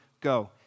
go